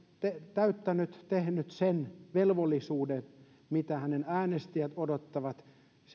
täyttänyt tehnyt sen velvollisuuden mitä hänen äänestäjänsä odottavat